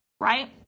right